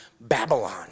Babylon